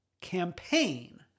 campaign